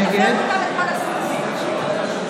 נגד